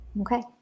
Okay